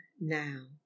now